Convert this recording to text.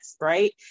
right